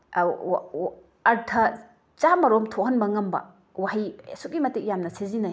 ꯑꯥꯔꯊꯥ ꯆꯥꯝꯃꯔꯣꯝ ꯊꯣꯛꯍꯟꯕ ꯉꯝꯕ ꯋꯥꯍꯩ ꯑꯁꯨꯛꯀꯤ ꯃꯇꯤꯛ ꯌꯥꯝꯅ ꯁꯤꯖꯤꯟꯅꯩ